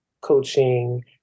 coaching